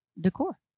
decor